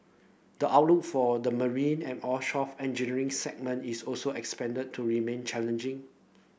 the outlook for the marine and offshore engineering segment is also to remain challenging